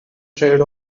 trade